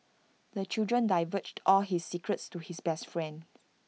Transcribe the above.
the children divulged all his secrets to his best friend